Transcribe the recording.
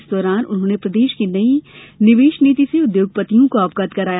इस दौरान उन्होंने प्रदेश की नई निवेश नीति से उद्योगपतियों को अवगत कराया